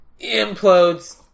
implodes